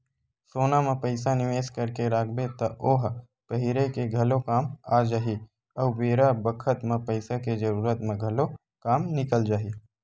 सोना म पइसा निवेस करके राखबे त ओ ह पहिरे के घलो काम आ जाही अउ बेरा बखत म पइसा के जरूरत म घलो काम निकल जाही